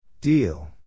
Deal